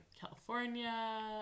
California